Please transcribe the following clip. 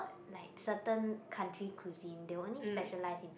like certain country cuisine they only specialise in